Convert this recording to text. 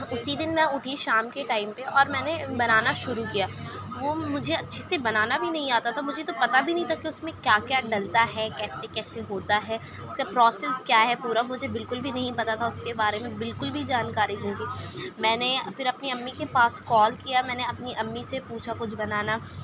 اسی دن میں اٹھی شام کے ٹائم پہ میں نے بنانا شروع کیا وہ مجھے اچھے سے بنانا بھی نہیں آتا تھا مجھے تو پتہ بھی نہیں تھا کہ اس میں کیا کیا ڈلتا ہے کیسے کیسے ہوتا ہے اس کا پروسیس کیا ہے پورا مجھے بالکل بھی نہیں پتہ تھا اس کے بارے میں بالکل بھی جانکاری نہیں تھی میں نے پھر اپنی امی کے پاس کول کیا میں نے اپنی امی سے پوچھا کچھ بنانا